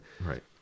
Right